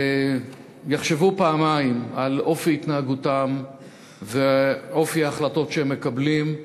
יחשבו פעמיים על אופי התנהגותם ואופי ההחלטות שהם מקבלים,